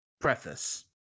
Preface